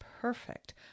perfect